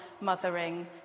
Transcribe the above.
mothering